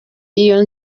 iyo